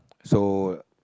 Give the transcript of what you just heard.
so